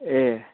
ए